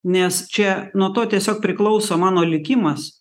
nes čia nuo to tiesiog priklauso mano likimas